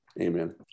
Amen